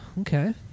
okay